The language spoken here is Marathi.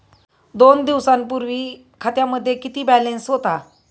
दोन दिवसांपूर्वी खात्यामध्ये किती बॅलन्स होता?